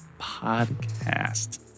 podcast